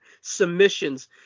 Submissions